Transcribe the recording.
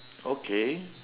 okay